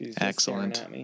Excellent